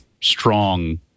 strong